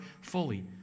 fully